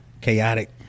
chaotic